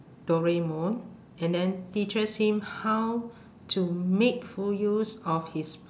doraemon and then teaches him how to make full use of his